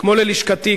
כמו ללשכתי,